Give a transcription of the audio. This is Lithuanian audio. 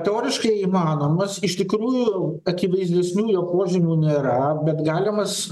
teoriškai įmanomas iš tikrųjų akivaizdesnių jo požymių nėra bet galimas